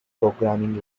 programming